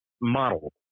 model